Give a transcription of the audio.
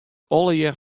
allegear